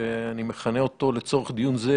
שאני מכנה אותו לצורך דיון זה,